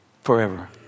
forever